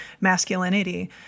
masculinity